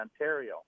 Ontario